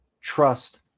trust